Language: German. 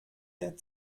der